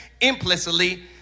implicitly